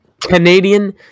Canadian